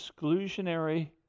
exclusionary